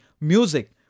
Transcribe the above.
Music